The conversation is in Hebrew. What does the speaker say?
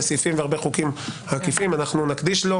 סעיפים והרבה חוקים עקיפים אנחנו נקדיש לו,